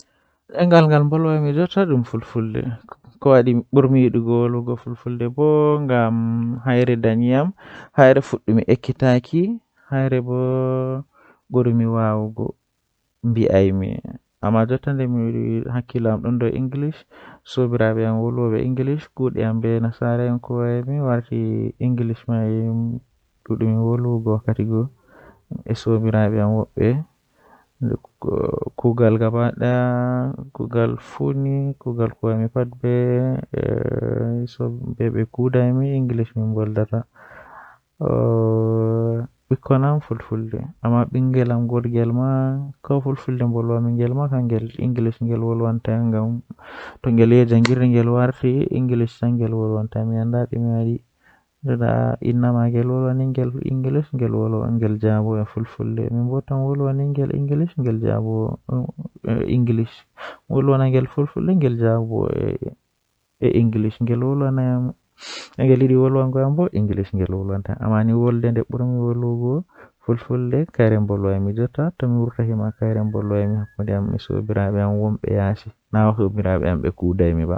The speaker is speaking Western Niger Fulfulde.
Ko rayuwa hunde nufata kanjum woni adon joodi jam be jam haa saare ma adon nyama boddum adon waala haa babal boddum adon borna boddum nden adon mari ceede jei he'ata ma awawan waduki ko ayidi wadugo fuu.